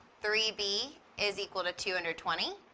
three b is equal to two hundred twenty,